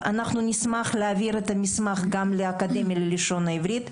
אנחנו נשמח גם להעביר את המסמך לאקדמיה ללשון עברית,